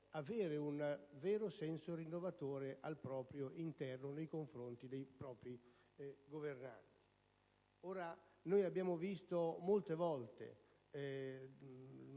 avere un vero senso rinnovatore al proprio interno, nei confronti dei propri governanti. Noi abbiamo visto molte volte